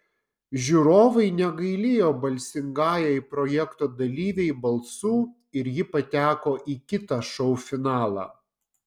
žiūrovai negailėjo balsingajai projekto dalyvei balsų ir ji pateko į kitą šou finalą